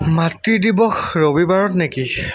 মাতৃ দিৱস ৰবিবাৰত নেকি